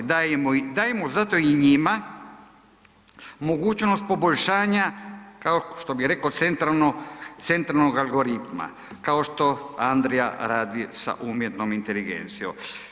Dajemo zato i njima mogućnost poboljšanja, kao što bi reko, centralno, centralnog algoritma, kao što Andrija radi sa umjetnom inteligencijom.